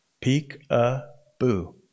Peek-a-boo